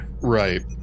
Right